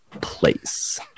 place